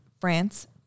France